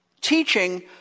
Teaching